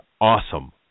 awesome